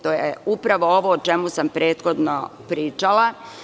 To je upravo ovo o čemu sam prethodno pričala.